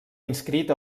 inscrit